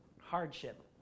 hardship